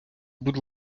будь